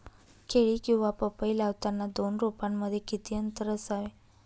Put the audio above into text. केळी किंवा पपई लावताना दोन रोपांमध्ये किती अंतर असावे?